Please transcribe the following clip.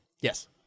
Yes